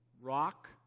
Rock